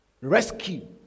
rescue